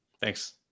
Thanks